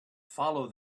follow